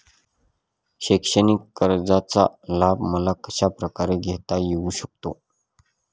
शैक्षणिक कर्जाचा लाभ मला कशाप्रकारे घेता येऊ शकतो?